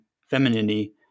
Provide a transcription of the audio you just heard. femininity